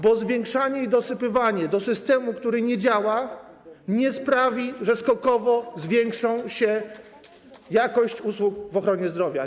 Bo zwiększanie i dosypywanie do systemu, który nie działa, nie sprawi, że skokowo podniesie się jakość usług w ochronie zdrowia.